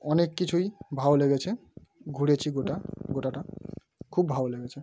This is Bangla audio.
অনেক কিছুই ভালো লেগেছে ঘুরেছি গোটা গোটাটা খুব ভালো লেগেছে